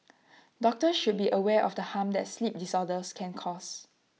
doctors should be aware of the harm that sleep disorders can cause